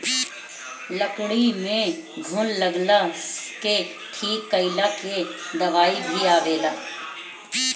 लकड़ी में घुन लगला के ठीक कइला के दवाई भी आवेला